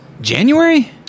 January